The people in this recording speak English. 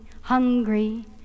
hungry